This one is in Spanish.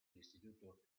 instituto